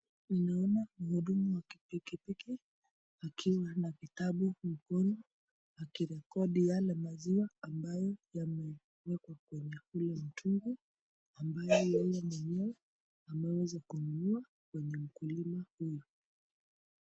Ninaona mhudumu wa pikipiki akiwa na kitabu mkono akirekodi yale maziwa ambayo yamewekwa kwenye ule mtungi ambaye yeye mwenyewe ameweza kununua kwenye mkulima huyo.